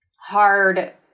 hard